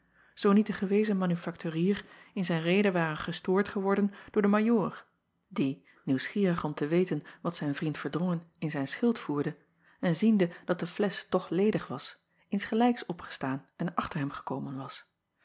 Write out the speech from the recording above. zoo niet de gewezen manufakturier in zijn rede ware gestoord geworden door den ajoor die nieuwsgierig om te weten wat zijn vriend erdrongen in zijn schild voerde en ziende dat de flesch toch ledig was insgelijks opgestaan en achter hem gekomen was